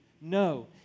No